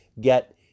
get